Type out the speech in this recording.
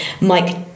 Mike